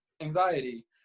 anxiety